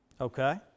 Okay